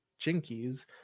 Jinkies